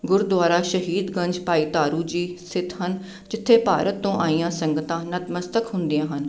ਗੁਰਦੁਆਰਾ ਸ਼ਹੀਦ ਗੰਜ ਭਾਈ ਤਾਰੂ ਜੀ ਸਥਿਤ ਹਨ ਜਿੱਥੇ ਭਾਰਤ ਤੋਂ ਆਈਆਂ ਸੰਗਤਾਂ ਨਤਮਸਤਕ ਹੁੰਦੀਆਂ ਹਨ